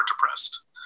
depressed